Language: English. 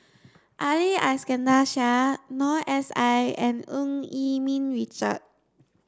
Ali Iskandar Shah Noor S I and Eu Yee Ming Richard